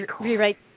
rewrite